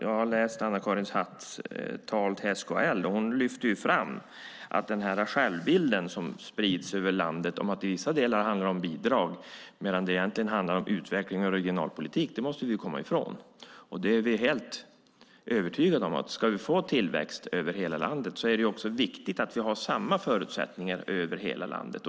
Jag har läst hennes tal till SKL, och hon lyfter fram den självbild som sprids över landet om att det i vissa delar handlar om bidrag medan det egentligen handlar om utveckling och regionalpolitik. Det måste vi komma ifrån. Jag är helt övertygad om att det för att vi ska få tillväxt över hela landet är viktigt att vi har samma förutsättningar över hela landet.